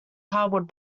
cardboard